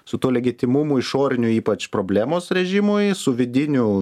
su tuo legitimumu išoriniu ypač problemos režimui su vidiniu